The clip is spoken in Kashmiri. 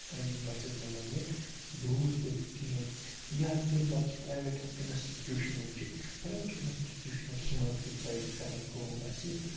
أمِس بَچَس منٛز یہِ دوٗر کٔرِتھ کِہیٖنۍ یا تمہِ پَتہٕ چھِ پرٮ۪ویٹ اِنَسٹِٹیوٗشَن یِم چھِ پرٮ۪ویٹ اِنَسٹِٹیوٗشَنَس منٛز تہِ پَزِ کَرٕنۍ کٲم اَسہِ